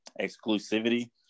exclusivity